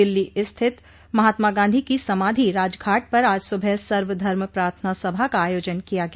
दिल्ली स्थित महात्मा गांधी की समाधि राजघाट पर आज सुबह सर्वधर्म प्रार्थना सभा का आयोजन किया गया